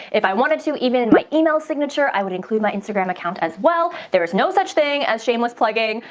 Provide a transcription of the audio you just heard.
if i wanted to, even in my email signature, i would include my instagram account as well. there is no such thing as shameless plugging.